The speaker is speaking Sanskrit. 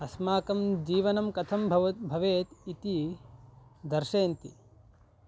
अस्माकं जीवनं कथं भवेत् भवेत् इति दर्शयन्ति